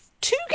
two